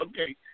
Okay